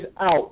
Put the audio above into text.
out